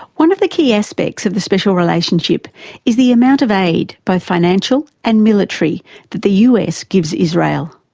one of the key aspects of the special relationship is the amount of aid both financial and military that the us gives israel.